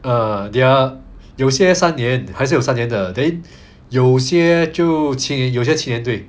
uh they are 有些三年还是有三年的 then 有些就七有些七年对